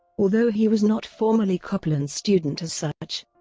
although he was not formally copland's student as such,